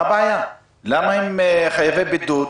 למה הם חייבי בידוד?